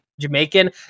jamaican